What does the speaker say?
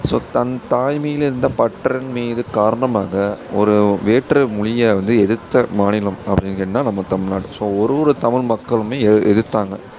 so தன் தாய் மேல் இருந்த பற்றின் மீது காரணமாக ஒரு வேற்று மொழிய வந்து எதிர்த்த மாநிலம் அப்டின்னு கேட்டீங்கனா நம்ம தமிழ்நாடு ஸோ ஒவ்வொரு தமிழ் மக்களுமே எ எதிர்த்தாங்க